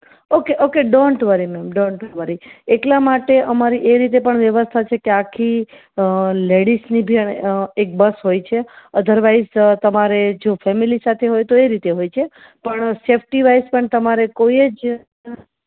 okay okay don't worry ma'am don't worry એકલા માટે અમારી એ પણ રીતે વ્યવસ્થા છે કે આખી લેડિસની બી એક બસ હોય છે અધરવાઇસ તમારે જો ફેમિલી સાથે હોય તો એ રીતે હોય છે પણ સેફટી વાઇસ પણ તમારે કોઈ એજ